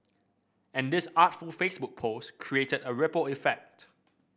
and this artful Facebook post created a ripple effect